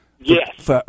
Yes